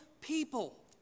people